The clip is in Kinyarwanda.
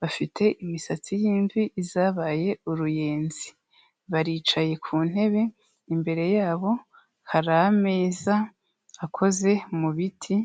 bafite imisatsi y'imvi zabaye uruyenzi. Baricaye ku ntebe, imbere yabo hari ameza akoze mu biti